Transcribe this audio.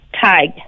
tag